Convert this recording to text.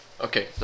Okay